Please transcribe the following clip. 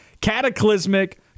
cataclysmic